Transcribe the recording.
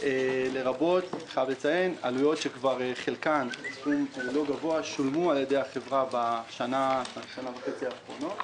לרבות עלויות שכבר חלקן שולמו על ידי החברה בשנתיים וחצי האחרונות.